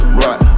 right